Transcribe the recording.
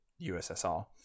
ussr